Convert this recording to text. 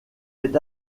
est